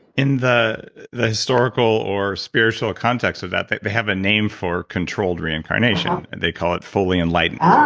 in the the historical or spiritual context of that, they they have a name for controlled reincarnation and they call it fully enlightenment.